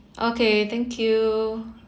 okay thank you